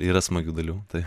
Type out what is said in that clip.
yra smagių dalykų tai